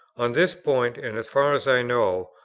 on this point, and, as far as i know,